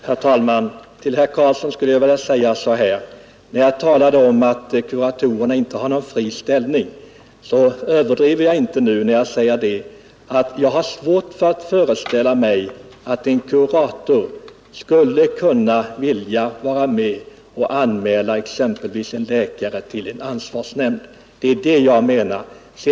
Herr talman! Till herr Karlsson i Huskvarna vill jag säga att jag inte överdriver när jag påpekade att kuratorerna inte har en fri ställning. För att nämna ett exempel har jag svårt att föreställa mig att en kurator skulle vilja anmäla en läkare till en ansvarsnämnd. Det är det jag menar.